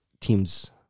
team's